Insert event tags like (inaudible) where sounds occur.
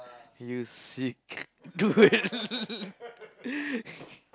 you sick dude (laughs)